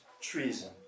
treason